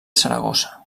saragossa